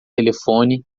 telefone